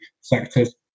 sectors